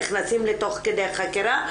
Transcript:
נכנסים תוך כדי חקירה,